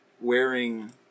wearing